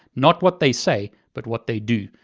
not what they say, but what they do.